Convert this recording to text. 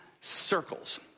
circles